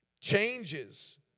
Changes